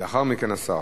ולאחר מכן, השר.